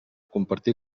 compartir